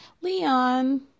Leon